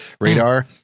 radar